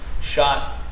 shot